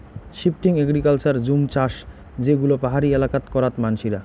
shifting agriculture জুম চাষ যে গুলো পাহাড়ি এলাকাত করাত মানসিরা